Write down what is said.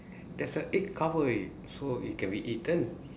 there's a egg cover it so it can be eaten